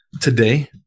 Today